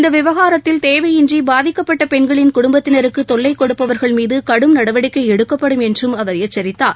இந்த விவகாரத்தில் தேவையின்றி பாதிக்கப்பட்ட பெண்களின் குடும்பத்தினருக்கு தொல்லை கொடுப்பவர்கள் மீது கடும் நடவடிக்கை எடுக்கப்படும் என்றும் அவர் எச்சரித்தார்